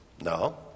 No